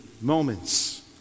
Moments